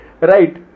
Right